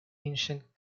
ancient